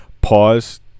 Pause